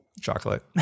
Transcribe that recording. Chocolate